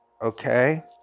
Okay